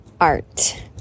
art